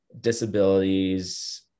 disabilities